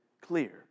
clear